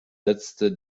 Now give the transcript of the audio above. letzte